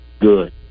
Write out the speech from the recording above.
good